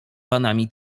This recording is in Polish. panami